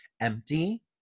empty